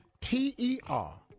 T-E-R